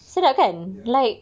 ya